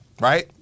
Right